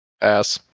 ass